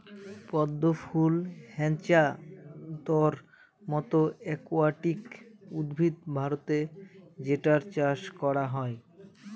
পদ্ম ফুল হ্যাছান্থর মতো একুয়াটিক উদ্ভিদ ভারতে যেটার চাষ করা হয়